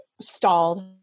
stalled